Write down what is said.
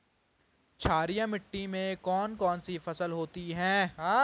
क्षारीय मिट्टी में कौन कौन सी फसलें होती हैं?